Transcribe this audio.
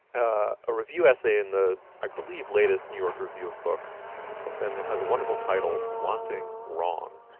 ah a review essay in the, i believe, latest new york review of books and that has a wonderful title wanting. wrong.